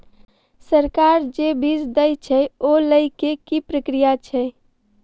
सरकार जे बीज देय छै ओ लय केँ की प्रक्रिया छै?